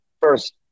first